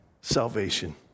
salvation